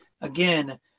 again